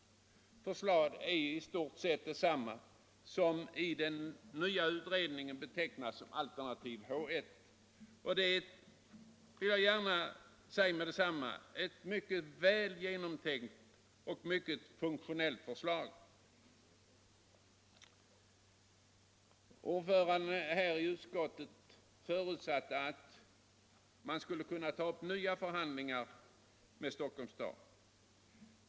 Det förslaget är i stort sett detsamma som i den nya utredningen betecknas som alternativ H 1, och jag vill gärna säga att det är ett väl genomtänkt och mycket funktionellt förslag. Utskottets ordförande förutsatte att man skulle kunna ta upp nya förhandlingar med Stockholms kommun.